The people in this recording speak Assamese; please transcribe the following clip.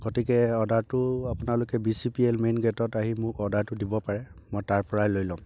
গতিকে অৰ্ডাৰটো আপোনালোকে B C P L main গেটত আহি মোক অৰ্ডাৰটো দিব পাৰে মই তাৰপৰাই লৈ ল'ম